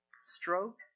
stroke